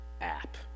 app